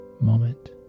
moment